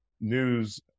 news